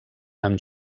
amb